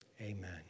Amen